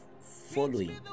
following